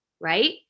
right